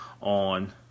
on